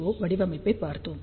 ஓ வடிவமைப்பைப் பார்த்தோம்